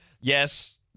yes